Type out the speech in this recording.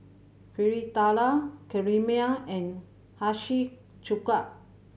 Fritada Kheema and Hiyashi Chuka